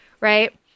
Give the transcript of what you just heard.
right